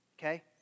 okay